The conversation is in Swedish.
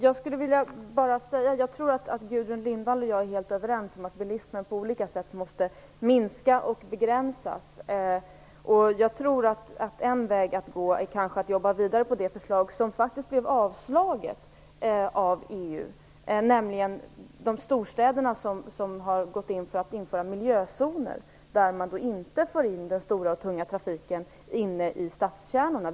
Jag skulle vilja säga att jag tror att Gudrun Lindvall och jag är helt överens om att bilismen på olika sätt måste minskas och begränsas. Jag tror att en väg att gå kan vara att jobba vidare på det förslag, som faktiskt blev avslaget i EU, där storstäderna gått in för att införa miljözoner där man inte för in den stora och tunga trafiken i stadskärnorna.